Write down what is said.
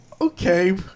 okay